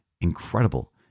Incredible